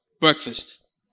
breakfast